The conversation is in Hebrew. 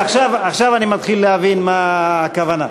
עכשיו אני מתחיל להבין מה הכוונה.